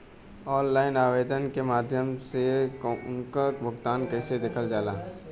Online आवेदन के माध्यम से उनके भुगतान कैसे देखल जाला?